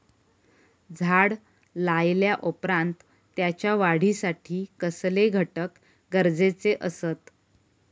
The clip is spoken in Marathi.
झाड लायल्या ओप्रात त्याच्या वाढीसाठी कसले घटक गरजेचे असत?